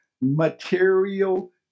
material